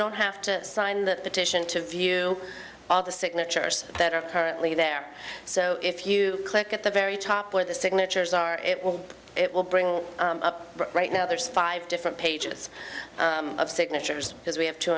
don't have to sign the petition to view all the signatures that are currently there so if you click at the very top where the signatures are it will it will bring up right now there's five different pages of signatures because we have two